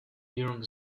during